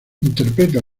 interpreta